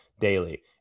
daily